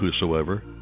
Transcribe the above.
whosoever